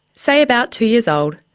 say about two years old,